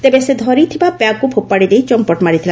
ତେବେ ସେ ଧରିଥିବା ବ୍ୟାଗ୍କୁ ଫୋପାଡ଼ି ଦେଇ ଚମ୍ପଟ୍ ମାରିଥିଲା